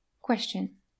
Question